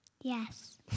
Yes